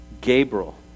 Gabriel